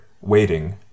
waiting